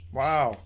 wow